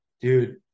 Dude